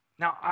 Now